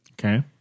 Okay